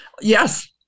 Yes